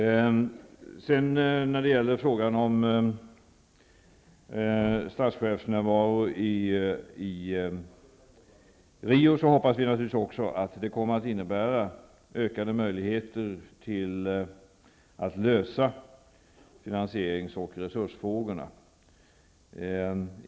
Vi hoppas att statschefernas närvaro i Rio kommer att öka möjligheterna att lösa finansierings och resursfrågorna.